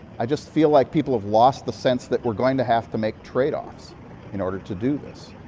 i just feel like people have lost the sense that we're going to have to make tradeoffs in order to do this